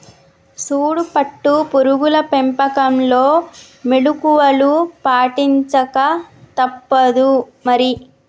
సూడు పట్టు పురుగుల పెంపకంలో మెళుకువలు పాటించక తప్పుదు మరి